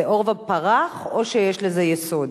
זה עורבא פרח או שיש לזה יסוד?